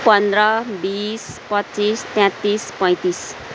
पन्ध्र बिस पच्चिस तेँत्तिस पैँतिस